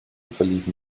verliefen